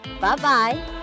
Bye-bye